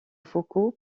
foucault